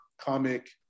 comic